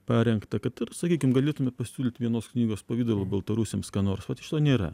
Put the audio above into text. parengta kad ir sakykim galėtume pasiūlyt vienos knygos pavidalu baltarusiams ką nors šito nėra